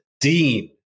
dean